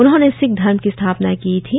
उन्होंने सिक्ख धर्म की स्थापना की थी